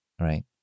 Right